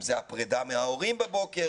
אם זה הפרידה מההורים בבוקר,